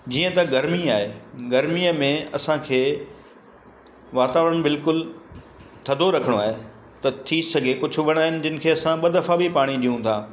जीअं त गर्मी आहे गर्मीअ में असांखे वातावरण बिल्कुलु थदधो रखिणो आहे त थी सघे कुझु वण आहिनि जिन खे असां ॿ दफ़ा बि पाणी ॾियूं था